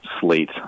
slate